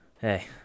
Hey